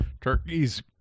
Turkey's